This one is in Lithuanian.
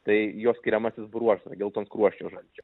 tai jo skiriamasis bruožas geltonskruosčio žalčio